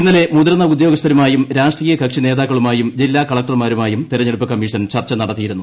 ഇന്നലെ മുതിർന്ന ഉദ്യോഗസ്ഥരുമായും രാഷ്ട്രീയ കക്ഷി നേതാക്കളുമായും ജില്ലാകലക്ടർമാരുമായും തെരഞ്ഞെടുപ്പ് കമ്മീഷൻ ചർച്ച നടത്തിയിരുന്നു